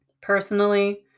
personally